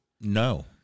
No